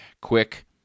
quick